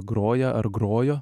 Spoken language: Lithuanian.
groja ar grojo